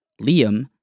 Liam